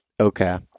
Okay